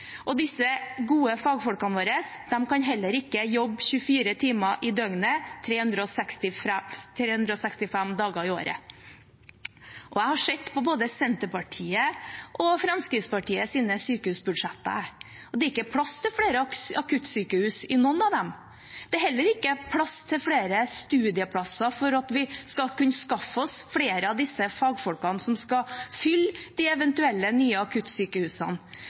Disse gode fagfolkene våre kan heller ikke jobbe 24 timer i døgnet 365 dager i året. Jeg har sett på både Senterpartiets og Fremskrittspartiets sykehusbudsjett, og det er ikke plass til flere akuttsykehus i noen av dem. Det er heller ikke plass til flere studieplasser for at vi skal kunne skaffe oss flere av disse fagfolkene som skal fylle de eventuelle nye akuttsykehusene.